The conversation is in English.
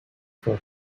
for